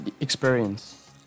experience